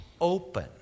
open